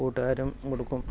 കൂട്ടുകാരും കൊടുക്കും